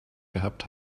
gehabt